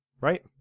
Right